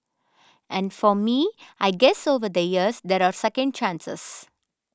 and for me I guess over the years there are second chances